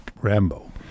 rambo